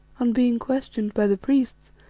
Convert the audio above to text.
on being questioned by the priests,